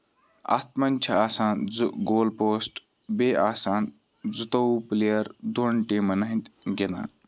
اَتھ منٛز چھِ آسان زٕ گول پوسٹ بیٚیہِ آسان زٕتووُہ پِلیر دۄن ٹیٖمَن ہٕندۍ گِندان